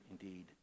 indeed